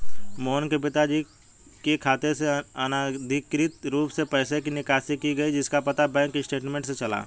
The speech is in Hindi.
मोहन के पिताजी के खाते से अनधिकृत रूप से पैसे की निकासी की गई जिसका पता बैंक स्टेटमेंट्स से चला